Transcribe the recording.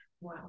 Wow